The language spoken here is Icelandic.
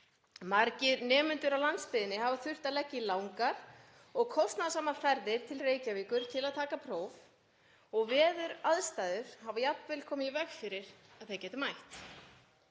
Margir nemendur á landsbyggðinni hafa þurft að leggja í langar og kostnaðarsamar ferðir til Reykjavíkur til að taka próf og veðuraðstæður hafa jafnvel komið í veg fyrir að þeir geti mætt.